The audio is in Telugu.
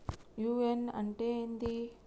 యు.ఎ.ఎన్ అంటే ఏంది?